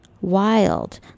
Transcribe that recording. wild